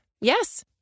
Yes